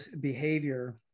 behavior